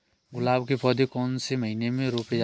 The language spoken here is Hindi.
गुलाब के पौधे कौन से महीने में रोपे जाते हैं?